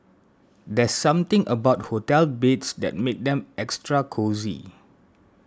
there's something about hotel beds that makes them extra cosy